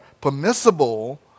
permissible